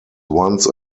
once